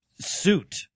suit